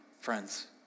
friends